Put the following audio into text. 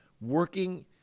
working